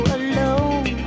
alone